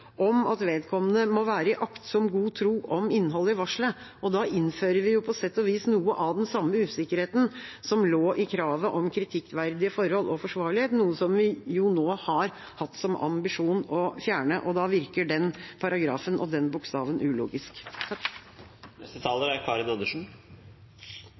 om at vedkommende må være i aktsom god tro om innholdet i varslet, og da innfører vi på sett og vis noe av den samme usikkerheten som lå i kravet om kritikkverdige forhold og forsvarlighet, noe som vi jo nå har hatt som ambisjon å fjerne. Da virker den paragrafen og den bokstaven ulogisk.